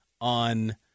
on